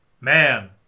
Man